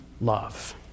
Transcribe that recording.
love